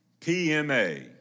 PMA